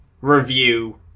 review